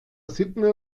sydney